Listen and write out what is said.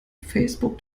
facebook